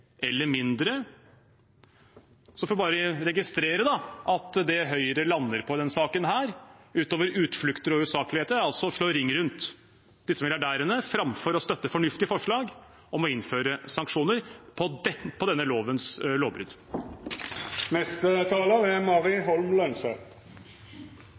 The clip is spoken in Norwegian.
eller mindre. Vi får bare registrere at det Høyre lander på i denne saken, utover utflukter og usakligheter, er å slå ring om disse milliardærene, framfor å støtte fornuftige forslag om å innføre sanksjoner for brudd på denne